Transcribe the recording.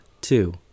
two